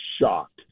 shocked